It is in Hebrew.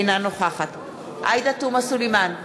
אינה נוכחת עאידה תומא סלימאן,